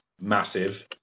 massive